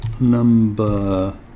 number